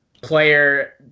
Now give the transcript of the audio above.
player